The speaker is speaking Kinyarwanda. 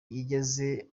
igeze